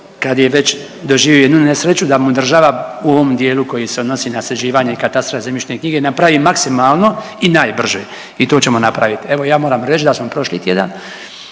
kad je već doživio jednu nesreću da mu država u ovom dijelu koji se odnosi na sređivanje katastra i zemljišne knjige napravi maksimalno i najbrže i to ćemo napraviti. Evo ja moram reć da smo prošli tjedan